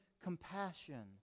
compassion